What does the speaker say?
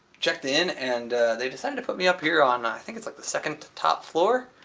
checked in and they decided to put me up here on i think it's like the second-to-top floor.